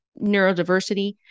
neurodiversity